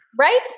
right